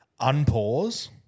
Unpause